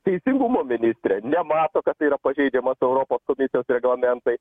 teisingumo ministrė nemato kad tai yra pažeidžiamas europos komisijos reglamentai